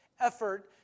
effort